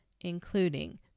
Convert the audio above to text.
including